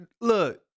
Look